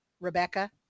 Rebecca